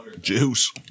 juice